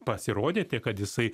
pasirodyti kad jisai